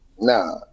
Nah